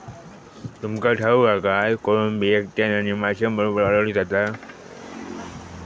तुमका ठाऊक हा काय, कोळंबी एकट्यानं आणि माशांबरोबर वाढवली जाता